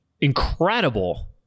incredible